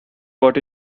what